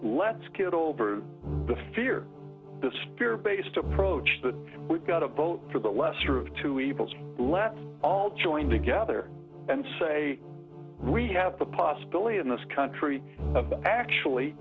let's get over the fear this fear based approach that we've got to vote for the lesser of two evils let's all join together and say we have the possibility in this country of actually